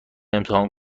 امتحان